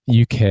UK